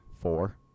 four